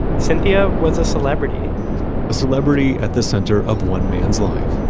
cynthia was a celebrity a celebrity at the center of one man's life.